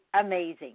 amazing